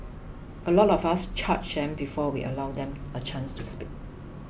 a lot of us judge them before we allow them a chance to speak